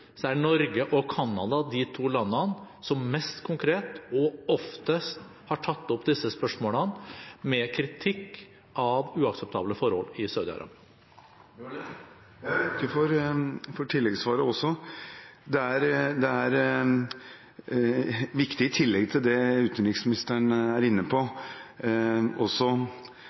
er Norge og Canada de to landene som mest konkret og oftest har tatt opp disse spørsmålene, med kritikk av uakseptable forhold i Saudi-Arabia. Jeg takker også for tilleggssvaret. I tillegg til det utenriksministeren er inne på, har det også